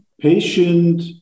patient